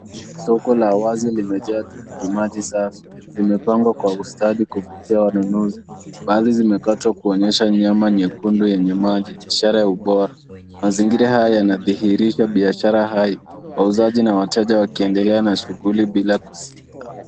Soko la wazi limejaa tikitimaji safi. Zimepangwa kwa ustadi kuvutia wanunuzi. Baadhi zimekatwa kuonyesha nyama nyekundu yenye maji ishara ya ubora. Mazingira haya yanadhihirisha biashara hai wauzaji na wateja wakiendeleza shughuli bila kusita.